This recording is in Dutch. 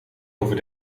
over